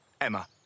Emma